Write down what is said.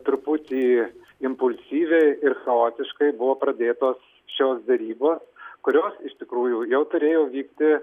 truputį impulsyviai ir chaotiškai buvo pradėtos šios derybos kurios iš tikrųjų jau turėjo vykti